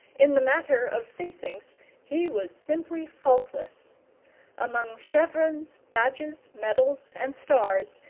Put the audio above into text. in the matter of facings he was simply faultless among chevrons, badges, medals, and stars,